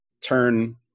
turn